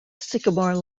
sycamore